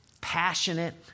passionate